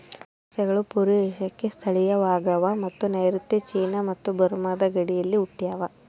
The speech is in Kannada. ಚಹಾ ಸಸ್ಯಗಳು ಪೂರ್ವ ಏಷ್ಯಾಕ್ಕೆ ಸ್ಥಳೀಯವಾಗವ ಮತ್ತು ನೈಋತ್ಯ ಚೀನಾ ಮತ್ತು ಬರ್ಮಾದ ಗಡಿಯಲ್ಲಿ ಹುಟ್ಟ್ಯಾವ